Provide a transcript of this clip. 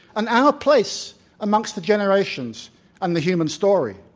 and our place amongst the generations and the human story.